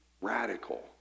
radical